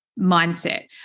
mindset